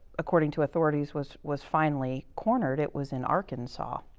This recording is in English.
according to authorities, was was finally cornered, it was in arkansas.